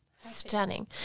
Stunning